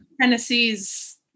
Tennessee's